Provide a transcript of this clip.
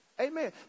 Amen